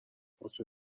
واسه